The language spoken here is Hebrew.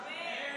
אמן.